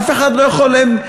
אף אחד לא יכול להתערב,